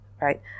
right